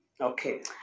Okay